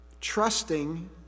trusting